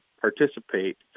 participate